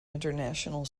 international